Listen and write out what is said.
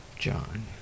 John